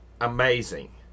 amazing